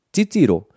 Titiro